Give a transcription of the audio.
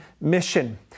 mission